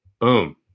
Boom